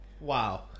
Wow